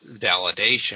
validation